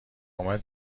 اومد